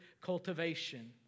cultivation